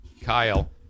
Kyle